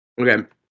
Okay